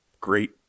Great